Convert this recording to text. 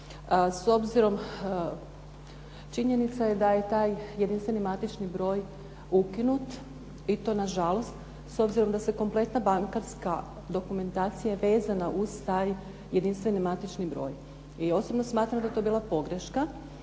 S obzirom, činjenica je da je taj jedinstveni matični broj ukinut i to na žalost s obzirom da se kompletna bankarska dokumentacija vezana uz taj jedinstveni matični broj. I osobno smatram da je to bila pogreška,